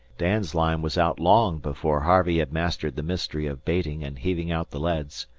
dan's line was out long before harvey had mastered the mystery of baiting and heaving out the leads.